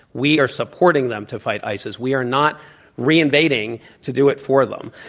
we are supporting them to fight isis. we are not re-invading to do it for them.